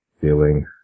feeling